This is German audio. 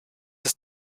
ist